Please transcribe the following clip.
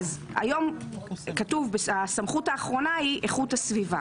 היום כתוב "הסמכות האחרונה היא איכות הסביבה".